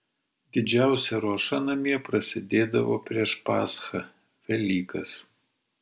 didžiausia ruoša namie prasidėdavo prieš paschą velykas